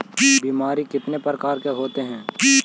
बीमारी कितने प्रकार के होते हैं?